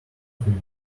free